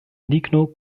ligno